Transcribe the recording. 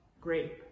grape